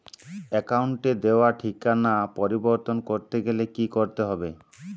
অ্যাকাউন্টে দেওয়া ঠিকানা পরিবর্তন করতে গেলে কি করতে হবে?